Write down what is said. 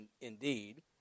indeed